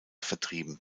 vertrieben